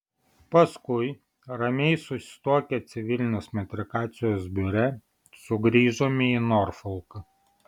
paskui ramiai susituokę civilinės metrikacijos biure sugrįžome į norfolką